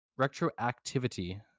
Retroactivity